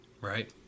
Right